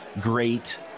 great